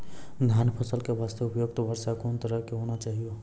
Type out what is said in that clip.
धान फसल के बास्ते उपयुक्त वर्षा कोन तरह के होना चाहियो?